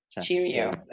Cheerio